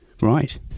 Right